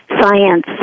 science